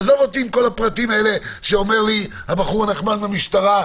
עזוב אותי עם כל הפרטים האלה שאומר לי הבחור הנחמד מהמשטרה,